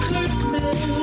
Kirkman